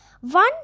One